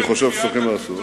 אני חושב שצריכים לעשות,